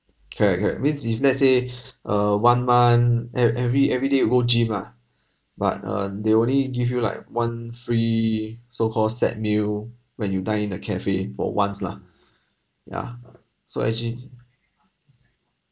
correct correct means if let's say uh one month e~ every everyday you go gym ah but uh they only give you like one free so call set meal when you die in the cafe for once lah yeah so actually